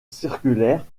circulaire